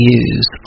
use